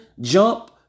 jump